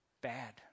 Bad